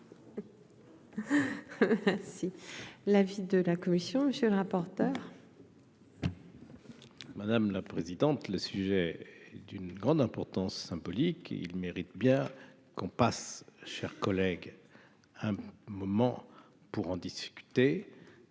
Si l'avis de la commission, monsieur le rapporteur. Madame la présidente, le sujet d'une grande importance symbolique, il mérite bien qu'on passe, chers collègues, un moment pour en discuter,